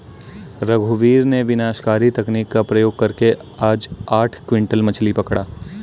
रघुवीर ने विनाशकारी तकनीक का प्रयोग करके आज आठ क्विंटल मछ्ली पकड़ा